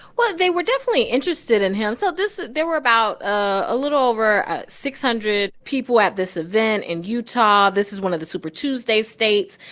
well, they were definitely interested in him. so this there were about a little over six hundred people at this event in utah. this is one of the super tuesday states.